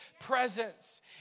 presence